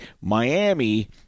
Miami